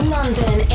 London